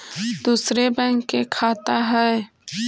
दुसरे बैंक के खाता हैं?